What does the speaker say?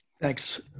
Thanks